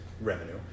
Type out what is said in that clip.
revenue